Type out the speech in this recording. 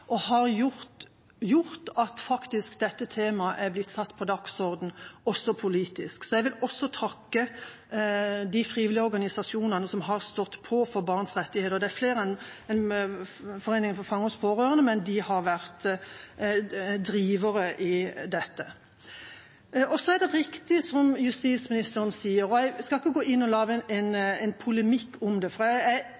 har gjort at dette temaet faktisk er blitt satt på dagsordenen også politisk. Jeg vil også takke de frivillige organisasjonene som har stått på for barns rettigheter, og det er flere enn foreningen For Fangers Pårørende, men de har vært drivere i dette. Så er det riktig det som justisministeren sier – og jeg skal ikke gå inn og starte en